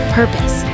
purpose